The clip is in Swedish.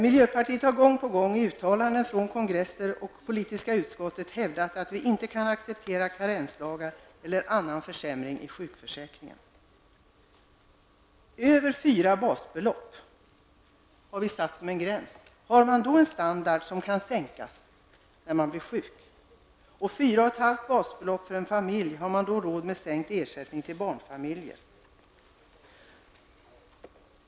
Miljöpartiet har gång på gång i uttalanden på kongresser och i det politiska utskottet hävdat att varken karensdagar eller någon annan försämring i fråga om sjukförsäkringen kan accepteras. Över 4 basbelopp är gränsen -- har man då en standard som kan minskas när man sjuk? Och 4,5 basbelopp gäller för en familj -- har man då råd med minskad ersättning till familjer?